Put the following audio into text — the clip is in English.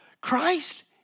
Christ